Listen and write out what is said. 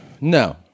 no